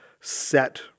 set